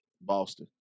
Boston